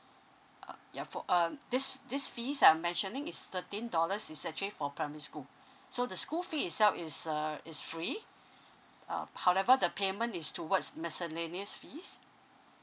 ugh ya for um this this fees I'm mentioning is thirteen dollars is actually for primary school so the school fee itself is uh is free uh however the payment is towards miscellaneous fees